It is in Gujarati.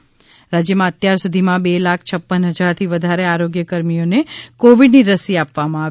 ે રાજ્યમાં અત્યાર સુધીમાં બે લાખ પડ હજારથી વધારે આરોગ્ય કર્મીઓને કોવિડની રસી આપવામાં આવી